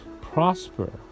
Prosper